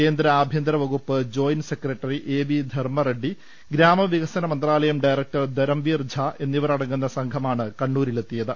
കേന്ദ്ര ആഭ്യന്തര വകുപ്പ് ജോയിന്റ് സെക്രട്ടറി എവി ധർമറെഡ്ഢി ഗ്രാമവികസന മന്ത്രാലയം ഡയറക്ടർ ധരംവീർ ജ എന്നിവിടങ്ങു സംഘമാമണ് കണ്ണൂരിൽ എത്തിയത്